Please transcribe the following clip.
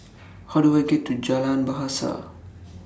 How Do I get to Jalan Bahasa